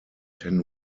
ten